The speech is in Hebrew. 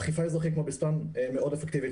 אכיפה אזרחית --- מאוד אפקטיבית,